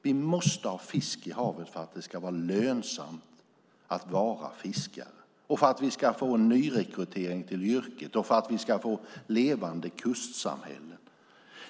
Vi måste ha fisk i havet för att det ska vara lönsamt att vara fiskare, för att få en nyrekrytering till yrket och för att vi ska få levande kustsamhällen.